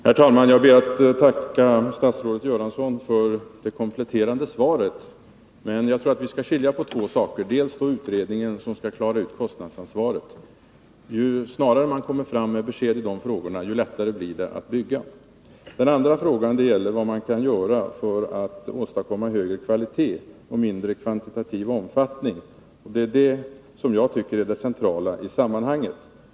Herr talman! Jag ber att få tacka statsrådet Göransson för det kompletterande svaret. Jag tror att vi skall skilja på två saker. Det ena är utredningen, som skall klara ut kostnadsansvaret. Ju snabbare det kommer besked i de frågorna, desto lättare blir det att bygga. Det andra är vad man kan göra för att åstadkomma högre kvalitet och mindre kvantitativ omfattning. Det är det som jag tycker är det centrala i sammanhanget.